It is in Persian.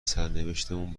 سرنوشتمون